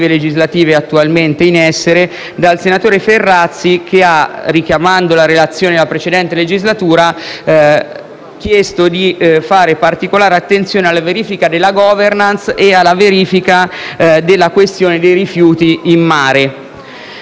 legislative attualmente in essere, dal senatore Ferrazzi, che - richiamando la relazione della precedente legislatura - ha chiesto di fare particolare attenzione alla verifica della *governance* e alla verifica della questione dei rifiuti in mare.